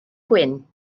gwyn